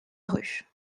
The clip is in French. rue